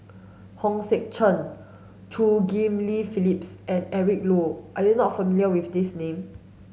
Hong Sek Chern Chew Ghim Lian Phyllis and Eric Low are you not familiar with these names